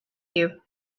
you